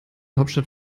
hauptstadt